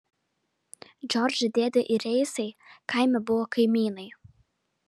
džordžo dėdė ir reisai kaime buvo kaimynai